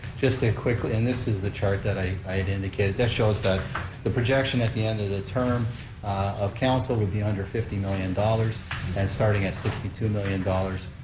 just a quick, and this is the chart that i i had indicated. that shows that the projection at the end of the term of council would be under fifty million dollars and starting at sixty two million dollars.